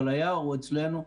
היער אצלנו,